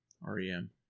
REM